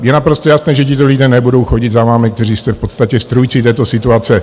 Je naprosto jasné, že tito lidé nebudou chodit za vámi, kteří jste v podstatě strůjci této situace.